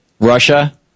Russia